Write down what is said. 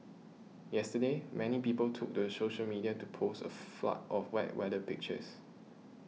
yesterday many people took to social media to post a flood of wet weather pictures